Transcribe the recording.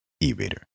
e-reader